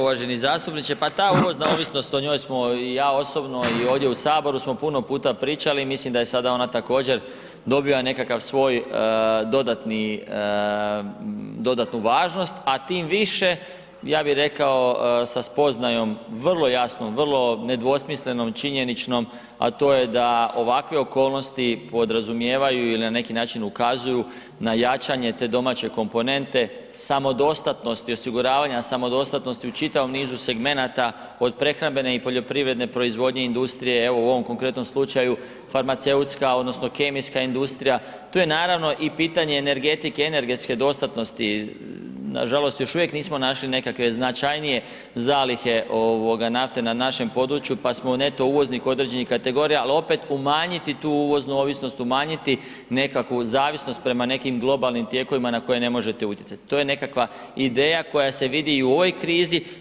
Uvaženi zastupniče, pa ta uvozna ovisnost, o njoj smo i ja osobno i ovdje u Saboru smo puno pričali i mislim da je sada ona također dobiva nekakav svoj dodatni, dodatni važnost a tim više ja bi rekao sa spoznajom vrlo jasno, vrlo nedvosmislenom, činjeničnom a to je da ovakve okolnosti podrazumijevaju ili na neki način ukazuju na jačanje te domaće komponente samodostatnosti i osiguravanja samodostatnosti u čitavom nizu segmenata od prehrambene i poljoprivredne proizvodnje, industrije, evo u ovom konkretnom slučaju, farmaceutska odnosno kemijska industrija, tu je naravno i pitanje energetike i energetske dostatnosti, nažalost, još uvijek nismo našli nekakve značajnije zalihe nafte na našem području pa smo neto uvoznik određenih kategorija, ali opet umanjiti tu uvoznu ovisnost, umanjiti nekakvu zavisnost prema nekim globalnim tijekovima na koje ne možete utjecat, to je nekakva ideja koja se vidi i u ovoj krizi.